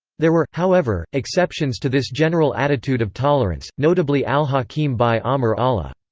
there were, however, exceptions to this general attitude of tolerance, notably al-hakim bi-amr allah.